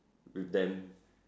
with them